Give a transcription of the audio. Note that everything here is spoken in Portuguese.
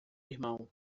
irmão